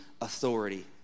authority